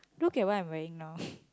look at what I'm wearing now